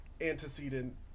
antecedent